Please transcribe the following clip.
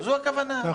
זאת כל הכוונה.